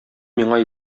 миңа